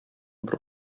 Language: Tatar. бер